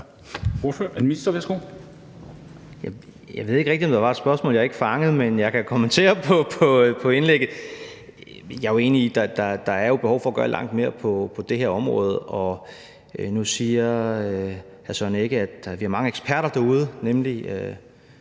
Jeg ved ikke rigtig, om der var et spørgsmål, jeg ikke fangede, men jeg kan kommentere på indlægget. Jeg er jo enig i, at der er behov for at gøre langt mere på det her område. Nu siger hr. Søren Egge Rasmussen, at vi har mange eksperter derude, nemlig